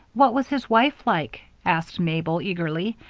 what was his wife like? asked mabel, eagerly.